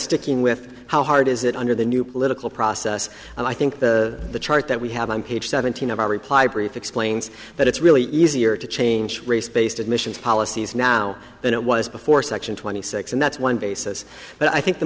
sticking with how hard is that under the new political process and i think the chart that we have on page seventeen of our reply brief explains that it's really easier to change race based admissions policies now than it was before section twenty six and that's one basis but i think the